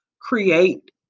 create